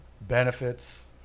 benefits